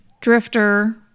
drifter